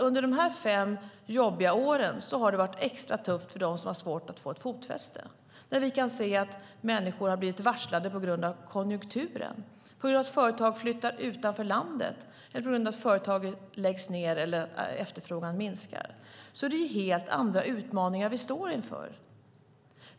Under de här fem jobbiga åren har det varit extra tufft för dem som har svårt att få fotfäste, när vi har kunnat se att människor blivit varslade på grund av konjunkturen, på grund av att företag flyttar utanför landet, på grund av att företag läggs ned eller att efterfrågan minskar. Det är helt andra utmaningar vi står inför.